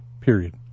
period